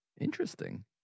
Interesting